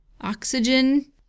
oxygen